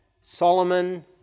Solomon